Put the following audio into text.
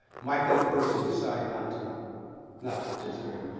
might that person decide not to not to participate?